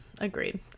Agreed